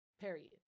Period